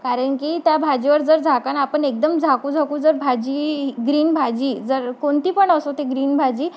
कारण की त्या भाजीवर जर झाकण आपण एकदम झाकूझाकू जर भाजी ग्रीन भाजी जर कोणती पण असो ते ग्रीन भाजी